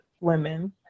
women